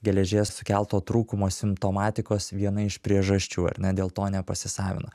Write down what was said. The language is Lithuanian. geležies sukelto trūkumo simptomatikos viena iš priežasčių ar ne dėl to nepasisavina